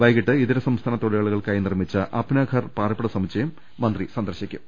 വൈകീട്ട് ഇതര സംസ്ഥാന തൊഴിലാളികൾക്കായി നിർമ്മിച്ച അപ്നാ ഘർ പാർപ്പിട സമുച്ചയം മന്ത്രി സന്ദർശിക്കും